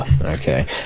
Okay